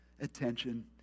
attention